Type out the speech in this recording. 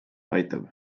aitab